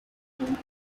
cemetery